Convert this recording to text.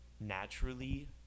naturally